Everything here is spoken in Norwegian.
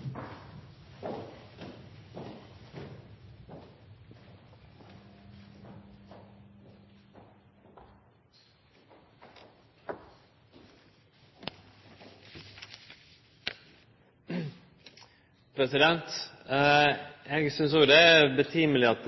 at det